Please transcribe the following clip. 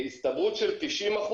בהסתברות של 90%,